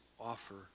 offer